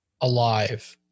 alive